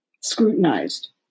scrutinized